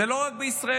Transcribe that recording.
זה לא רק בישראל,